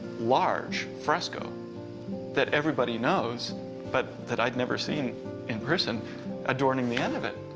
large fresco that everybody knows but that i'd never seen in person adorning the end of it.